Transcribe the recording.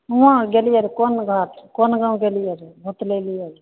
ओहाँ आर गेलियैर कोन घाट कोन गाँव गेलियैर भुतलेलियै र